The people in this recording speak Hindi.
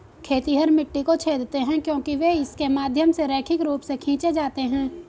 खेतिहर मिट्टी को छेदते हैं क्योंकि वे इसके माध्यम से रैखिक रूप से खींचे जाते हैं